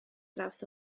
draws